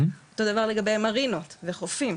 אותו דבר לגבי מרינות וחופים,